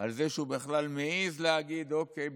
על זה שהוא בכלל מעז להגיד: אוקיי,